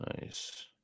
nice